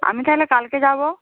আমি তাহলে কালকে যাব